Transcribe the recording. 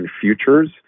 futures